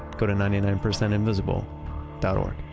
go to ninety nine percentinvisible dot o